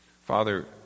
Father